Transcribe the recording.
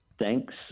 thanks